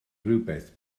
rhywbeth